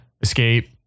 escape